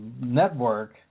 network